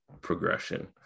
progression